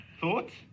thoughts